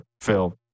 Phil